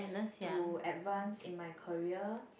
to advance in my career